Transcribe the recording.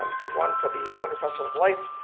um the one for the winter festival of lights,